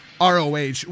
ROH